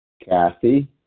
Kathy